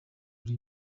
buri